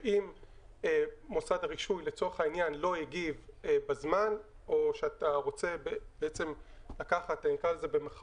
שאם מוסד הרישוי לא הגיב בזמן או שאתה רוצה לקחת "ערר"